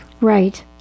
Right